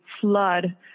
flood